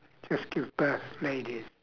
just give birth ladies